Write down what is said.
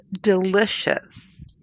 delicious